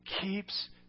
keeps